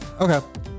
Okay